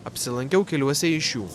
apsilankiau keliuose iš jų